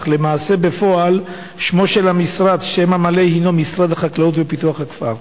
אך למעשה בפועל השם המלא של המשרד הינו "משרד החקלאות ופיתוח הכפר".